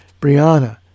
Brianna